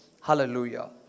Hallelujah